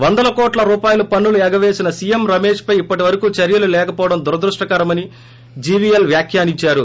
వందల కోట్ల రూపాయల పన్ను లు ఎగవేసిన సీఎం రమేష్ పై ఇప్పటివరకు చర్యలు లేకపోవడం దురదృష్టకరమని జీవీఎల్ వ్యాఖ్యానించారు